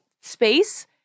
space